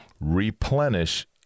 Replenish